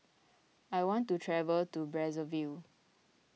I want to travel to Brazzaville